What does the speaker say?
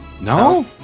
No